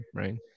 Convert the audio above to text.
right